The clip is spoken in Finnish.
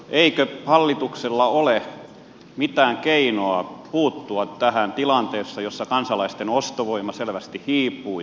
eikö hallituksella ole mitään keinoa puuttua tähän tilanteessa jossa kansalaisten ostovoima selvästi hiipuu ja heikkenee